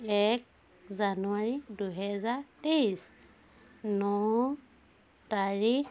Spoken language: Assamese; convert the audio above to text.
এক জানুৱাৰী দুহেজাৰ তেইছ ন তাৰিখ